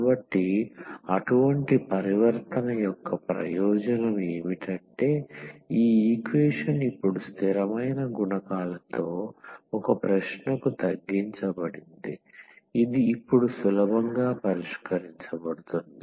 కాబట్టి అటువంటి పరివర్తన యొక్క ప్రయోజనం ఏమిటంటే ఈ ఈక్వేషన్ ఇప్పుడు స్థిరమైన గుణకాలతో ఒక ప్రశ్నకు తగ్గించబడింది ఇది ఇప్పుడు సులభంగా పరిష్కరించబడుతుంది